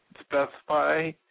specify